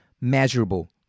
measurable